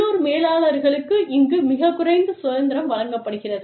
உள்ளூர் மேலாளர்களுக்கு இங்கு மிகக் குறைந்த சுதந்திரம் வழங்கப்படுகிறது